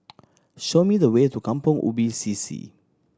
show me the way to Kampong Ubi C C